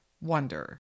wonder